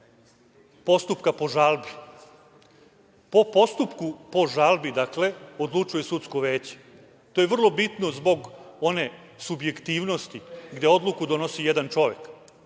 postupka po žalbi. Po postupku po žalbi odlučuje sudsko veće. To je vrlo bitno zbog one subjektivnosti, gde odluku donosi jedan čovek.